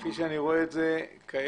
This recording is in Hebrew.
כפי שאני רוצה את זה כעת,